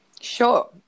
Sure